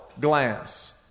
glance